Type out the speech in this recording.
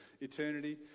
eternity